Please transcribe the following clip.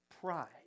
pride